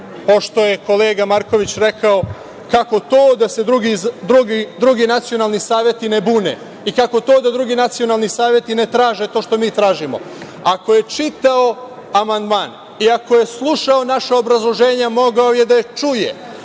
pošto je kolega Marković rekao kako to da se drugi nacionalni saveti ne bune i kako to da drugi nacionalni saveti ne traže to što mi tražimo, ako je čitao amandman i ako je slušao obrazloženje, mogao je da čuje